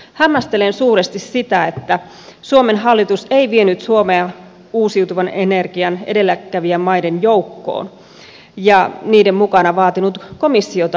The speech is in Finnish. hämmästelen suuresti sitä että suomen hallitus ei vienyt suomea uusiutuvan energian edelläkävijämaiden joukkoon ja niiden mukana vaatinut komissiota luopumaan päätöksestään